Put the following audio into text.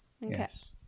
Yes